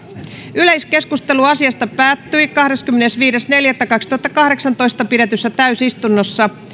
yleiskeskustelu asiasta päättyi kahdeskymmenesviides neljättä kaksituhattakahdeksantoista pidetyssä täysistunnossa